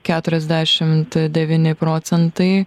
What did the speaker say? keturiasdešimt devyni procentai